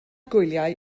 gwyliau